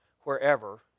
wherever